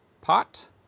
pot